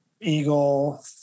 eagle